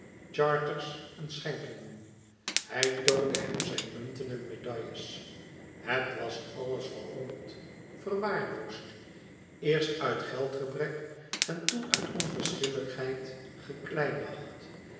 charters en schenkingen hij toonde hem zijn munten en medailles het was alles verrommeld verwaarloosd eerst uit geldgebrek en toen uit onverschilligheid